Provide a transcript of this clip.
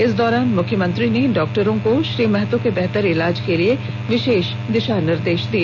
इस दौरान मुख्यमंत्री ने डॉक्टरों को श्री महतो के बेहतर इलाज के लिए विशेष दिशा निर्देश दिए